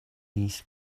east